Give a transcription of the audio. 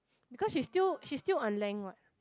because she's still she's still on lang what